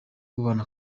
kubana